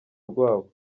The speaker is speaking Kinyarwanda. rwabo